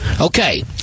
Okay